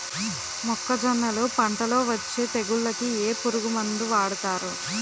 మొక్కజొన్నలు పంట లొ వచ్చే తెగులకి ఏ పురుగు మందు వాడతారు?